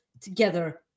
together